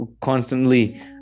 constantly